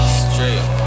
straight